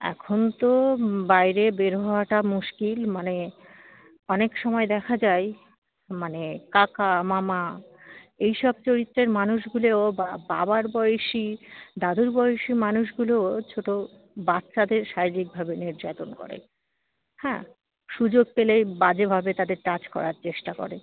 এখন তো বাইরে বের হওয়াটা মুশকিল মানে অনেক সময় দেখা যায় মানে কাকা মামা এই সব চরিত্রের মানুষগুলোই ও বা বাবার বয়েসি দাদুর বয়েসি মানুষগুলো ছোটো বাচ্চাদের শারীরিকভাবে নির্যাতন করে হ্যাঁ সুযোগ পেলে বাজেভাবে তাদের টাচ করার চেষ্টা করে